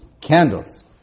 candles